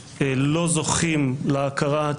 לא היית צריך להתיר את זה,